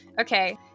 Okay